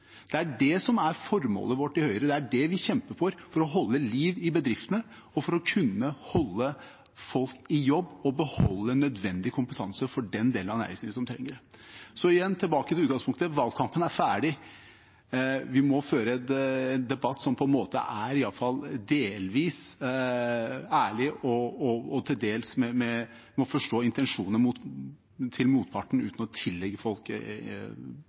Det er det som er formålet vårt i Høyre, det er det vi kjemper for – å holde liv i bedriftene, og å kunne holde folk i jobb og beholde nødvendig kompetanse for den delen av næringslivet som trenger det. Så igjen, tilbake til utgangspunktet: Valgkampen er ferdig. Vi må føre en debatt som er iallfall delvis ærlig, og der man til dels forstår intensjonene til motparten, uten å tillegge folk motivasjon de ikke har. Jeg la merke til